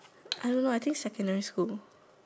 I don't know leh I think secondary school